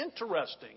interesting